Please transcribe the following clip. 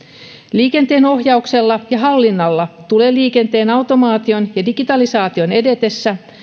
liikenteenohjauksella ja hallinnalla tulee liikenteen automaation ja digitalisaation edetessä